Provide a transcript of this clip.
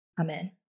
Amen